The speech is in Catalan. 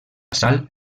sal